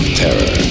terror